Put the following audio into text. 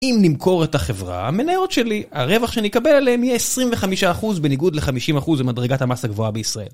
אם נמכור את החברה, המניות שלי. הרווח שאני אקבל עליהן יהיה 25% בניגוד ל-50% במדרגת המס הגבוהה בישראל.